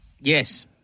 Yes